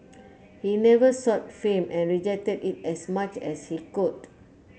he never sought fame and rejected it as much as he could